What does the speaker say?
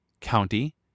county